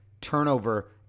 turnover